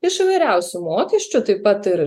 iš vyriausių mokesčių taip pat ir